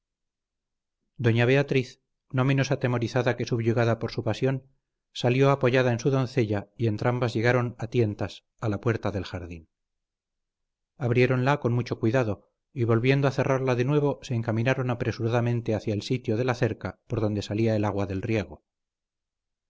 doña beatriz no menos atemorizada que subyugada por su pasión salió apoyada en su doncella y entrambas llegaron a tientas a la puerta del jardín abriéronla con mucho cuidado y volviendo a cerrarla de nuevo se encaminaron apresuradamente hacia el sitio de la cerca por donde salía el agua del riego